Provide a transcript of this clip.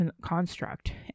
construct